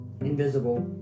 invisible